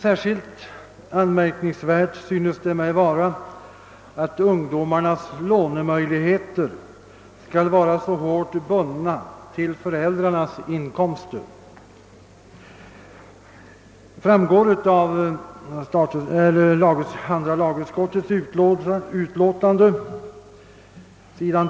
Särskilt anmärkningsvärt synes det mig vara att ungdomarnas lånemöjligheter skall vara så hårt bundna till föräldrarnas inkomster. Det framgår av andra lagutskottets utlåtande, sid.